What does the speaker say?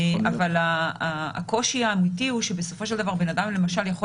אבל הקושי האמיתי הוא שבסופו של דבר בן-אדם למשל יכול